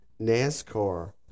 NASCAR